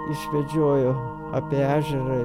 išvedžiojo apie ežerą